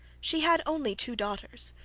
she had only two daughters,